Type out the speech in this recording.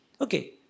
Okay